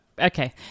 Okay